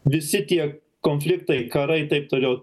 visi tie konfliktai karai taip toliau